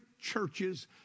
churches